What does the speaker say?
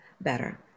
better